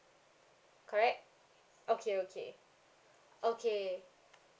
correct okay okay okay